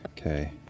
Okay